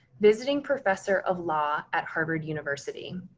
visiting professor of law at harvard university.